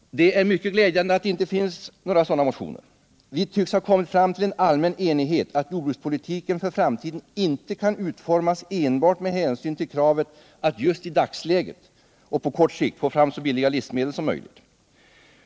Det är mycket glädjande att det inte finns någon sådan motion. Vi tycks ha kommit fram till en allmän enighet om att jordbrukspolitiken för framtiden inte kan utformas enbart med hänsyn till kravet att just i dagsläget och på kort sikt få fram så billiga livsmedel som möjligt.